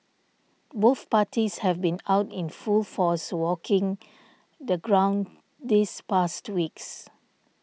both parties have been out in full force walking the ground these past weeks